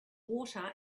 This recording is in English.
water